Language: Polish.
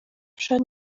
przed